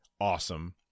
awesome